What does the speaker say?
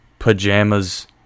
Pajamas